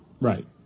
Right